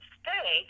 stay